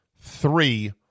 Three